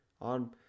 on